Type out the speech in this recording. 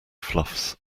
fluffs